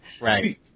Right